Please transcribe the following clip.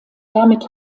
damit